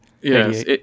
Yes